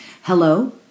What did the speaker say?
Hello